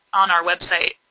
on our website.